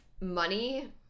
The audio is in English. money